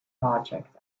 project